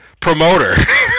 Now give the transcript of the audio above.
promoter